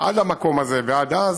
עד המקום הזה ועד אז,